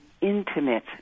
intimate